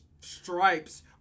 stripes